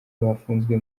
bafunzwe